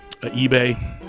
eBay